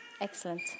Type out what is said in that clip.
Excellent